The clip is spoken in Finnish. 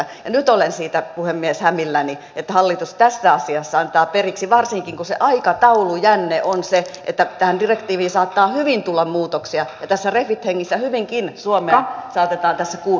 ja nyt olen siitä puhemies hämilläni että hallitus tässä asiassa antaa periksi varsinkin kun se aikataulujänne on se että tähän direktiiviin saattaa hyvin tulla muutoksia ja tässä refit hengessä hyvinkin suomea saatetaan tässä kuunnella